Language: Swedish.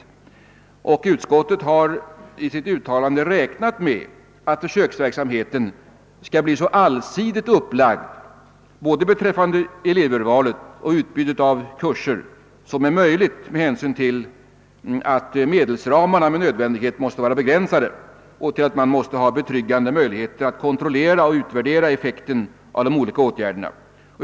Utskottet har i sitt uttalande räknat med att försöksverksamheten skall bli så allsidigt upplagd både beträffande elevurvalet och beträffande utbudet av kurser som möjligt med hänsyn till att medelsramarna med nödvändighet är begränsade och med hänsyn till att man måste ha betryggande möjligheter att kontrollera och utvärdera effekten av de olika åtgärderna.